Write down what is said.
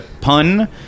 pun